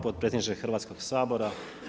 potpredsjedniče Hrvatskog sabora.